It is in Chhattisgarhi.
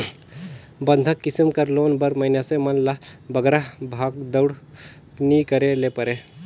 बंधक किसिम कर लोन बर मइनसे मन ल बगरा भागदउड़ नी करे ले परे